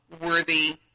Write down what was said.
worthy